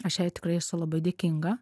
aš jai tikrai esu labai dėkinga